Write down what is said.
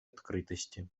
открытости